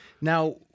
Now